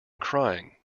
crying